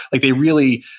like they really,